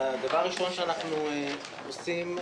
דבר ראשון שאנחנו עושים,